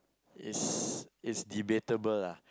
is is debatable lah